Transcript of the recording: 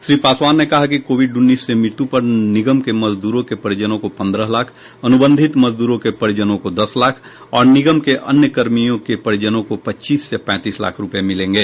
श्री पासवान ने कहा कि कोविड उन्नीस से मृत्यु पर निगम के मजदूरों के परिजनों को पंद्रह लाख अनुबंधित मजदूरों के परिजनों को दस लाख और निगम के अन्य कर्मियों के परिजनों को पच्चीस से पैंतीस लाख रुपये मिलेंगे